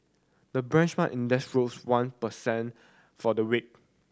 the benchmark index rose one per cent for the week